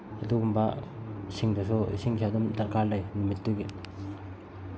ꯑꯗꯨꯒꯨꯝꯕ ꯁꯤꯡꯗꯁꯨ ꯏꯁꯤꯡꯁꯦ ꯑꯗꯨꯝ ꯗꯔꯀꯥꯔ ꯂꯩ ꯅꯨꯃꯤꯠꯇꯨꯒꯤ